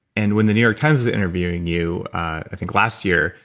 and when the new york times was interviewing you, i think last year,